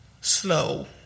slow